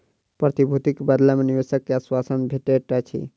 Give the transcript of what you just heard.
प्रतिभूतिक बदला मे निवेशक के आश्वासन भेटैत अछि